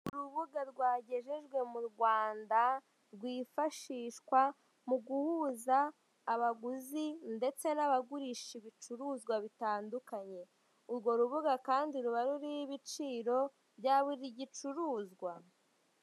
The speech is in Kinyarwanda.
Urubuga rwagejejwe mu Rwanda rwifashishwa mu guhuza abaguzi ndetse n'abagurisha ibicuruzwa bitandukanye, urwo rubuga Kandi ruba ruriho ibiciro bya buri gicuruzwa.